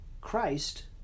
Christ